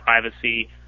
privacy